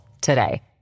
today